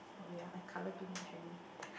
oh wait ah I colour too much already